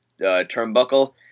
turnbuckle